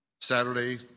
Saturday